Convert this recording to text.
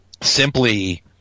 simply